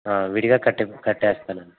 విడిగా కట్టి కట్టేస్తాను అండి